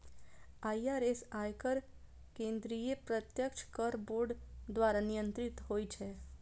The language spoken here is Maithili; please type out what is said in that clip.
आई.आर.एस, आयकर केंद्रीय प्रत्यक्ष कर बोर्ड द्वारा नियंत्रित होइ छै